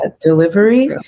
delivery